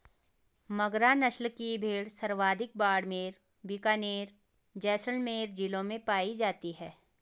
मगरा नस्ल की भेड़ सर्वाधिक बाड़मेर, बीकानेर, जैसलमेर जिलों में पाई जाती है